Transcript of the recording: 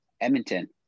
Edmonton